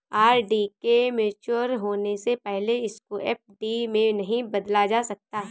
RD के mature होने से पहले इसको एफ.डी में नहीं बदला जा सकता